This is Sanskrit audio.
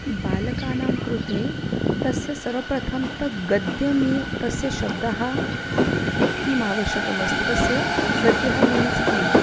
बालकानां कृते तस्य सर्वप्रथमं तु गद्यं इत्यस्य शब्दः किमावश्यकमस्ति तस्य गद्यं मीन्स् किम्